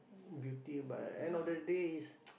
beauty but end of the day is